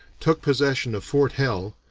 took possession of fort hell,